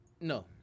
No